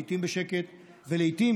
לעיתים בשקט ולעיתים,